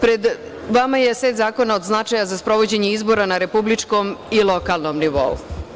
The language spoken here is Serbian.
Pred vama je set zakona od značaja sa sprovođenje izbora na republičkom i lokalnom nivou.